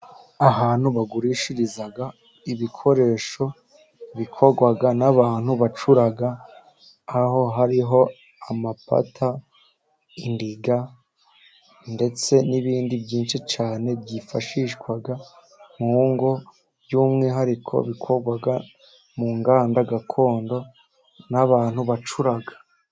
Ahantu bagurishiriza ibikoresho bikorwa n'abantu bacura. Aho hariho: amapata, indiga, ndetse n'ibindi byinshi cyane byifashishwa mu ngo, by'umwihariko bikorwa mu nganda gakondo n'abantu bacura.